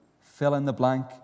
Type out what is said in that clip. fill-in-the-blank